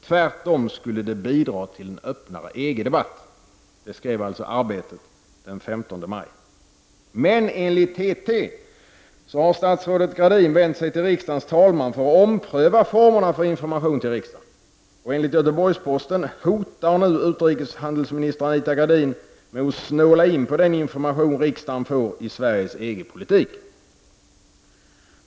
Tvärtom skulle det bidra till en öppnare EG-debatt.” Det skrev alltså Arbetet den 15 maj. Men enligt TT har statsrådet Gradin vänt sig till riksdagens talman för att ompröva formerna för information till riksdagen. Enligt Göteborgs-posten hotar nu utrikeshandelsminister Anita Gradin med att snåla in på den information riksdagen får om Sveriges EG-politik.